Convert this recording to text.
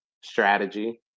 strategy